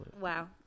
Wow